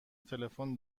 تلفن